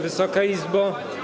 Wysoka Izbo!